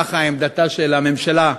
זו עמדתה של הממשלה.